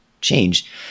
change